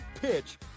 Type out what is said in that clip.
pitch